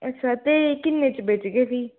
अच्छा ते किन्नै च बेचगे फ्ही